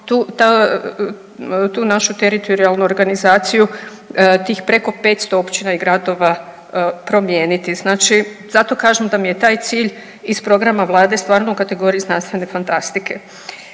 tu našu teritorijalnu organizaciju tih preko 500 općina i gradova promijeniti. Znači zato kažem da mi je taj cilj iz programa Vlade stvarno u kategoriji znanstvene fantastike.